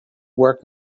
work